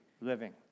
living